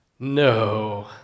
No